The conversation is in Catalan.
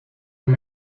amb